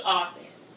office